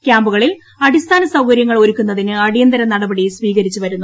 ക്യാമ്പുകളിൽ അടിസ്ഥാന സൌകര്യങ്ങൾ ഒരുക്കുന്നതിന് അടിയന്തര നടപടി സ്വീകരിച്ചുവരുന്നു